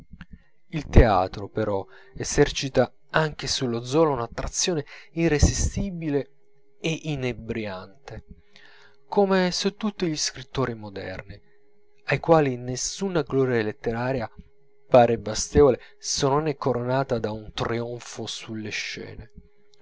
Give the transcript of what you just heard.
il teatro però esercita anche sullo zola un'attrazione irresistibile e inebriante come su tutti gli scrittori moderni ai quali nessuna gloria letteraria pare bastevole se non è coronata da un trionfo sulle scene